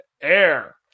air